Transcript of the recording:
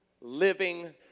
living